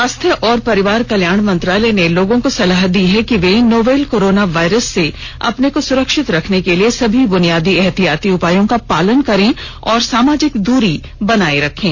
स्वास्थ्य और परिवार कल्याण मंत्रालय ने लोगों को सलाह दी है कि वे नोवल कोरोना वायरस से अपने को सुरक्षित रखने के लिए सभी बुनियादी एहतियाती उपायों का पालन करें और सामाजिक दूरी बनाए रखें